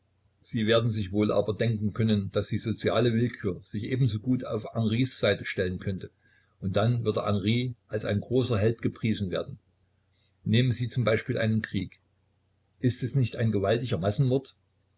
sie werden sich wohl aber denken können daß die soziale willkür sich ebenso gut auf henrys seite stellen könnte und dann würde henry als ein großer held gepriesen werden nehmen sie z b einen krieg ist er nicht ein gewaltiger massenmord